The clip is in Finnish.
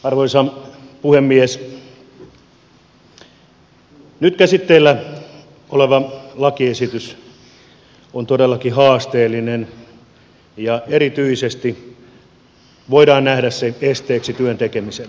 nyt käsitteillä oleva lakiesitys on todellakin haasteellinen ja erityisesti voidaan nähdä se esteeksi työn tekemiselle